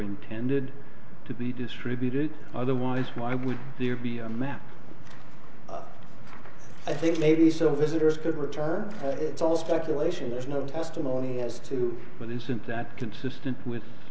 intended to be distributed otherwise why would there be a map i think maybe some visitors that return it's all speculation there's no testimony as to but isn't that consistent with